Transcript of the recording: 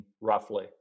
roughly